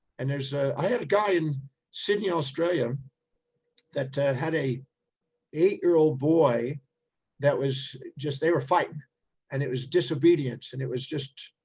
and ah i had a guy in sydney, australia that had a eight year old boy that was just, they were fighting and it was disobedience. and it was just,